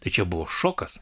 tai čia buvo šokas